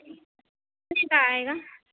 کتنے کا آئے گا